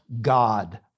God